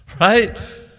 right